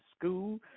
school